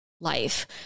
life